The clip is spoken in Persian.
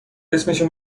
اسمشو